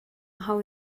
how